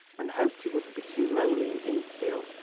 and hoped he wouldn't be too lonely in innisfield,